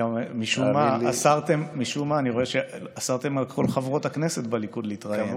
גם משום מה אסרתם על כל חברות הכנסת בליכוד להתראיין.